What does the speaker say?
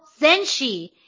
Zenshi